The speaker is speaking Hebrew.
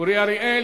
אורי אריאל.